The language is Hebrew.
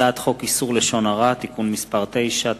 הצעת חוק איסור לשון הרע (תיקון מס' 9),